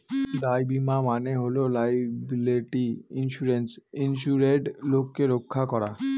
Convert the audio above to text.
দায় বীমা মানে হল লায়াবিলিটি ইন্সুরেন্সে ইন্সুরেড লোককে রক্ষা করা